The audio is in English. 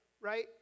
right